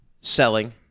selling